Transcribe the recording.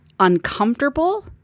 Uncomfortable